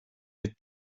had